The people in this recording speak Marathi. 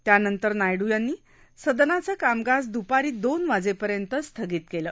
त्यानंतर नायडू यांनी सदनाचं कामकाज दुपारी दोन वाजेपर्यंत स्थगित केलं